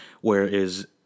whereas